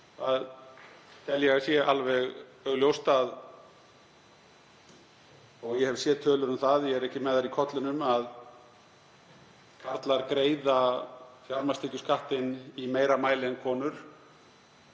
ég tel alveg augljóst og hef séð tölur um það — ég er ekki með þær í kollinum — að karlar greiða fjármagnstekjuskattinn í meira mæli en konur.